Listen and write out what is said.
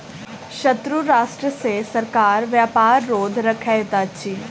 शत्रु राष्ट्र सॅ सरकार व्यापार रोध रखैत अछि